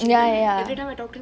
ya ya